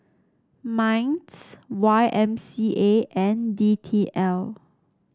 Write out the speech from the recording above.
Minds Y M C A and D T L